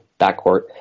backcourt